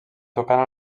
tocant